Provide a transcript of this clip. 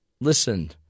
Listen